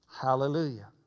Hallelujah